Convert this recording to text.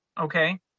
Okay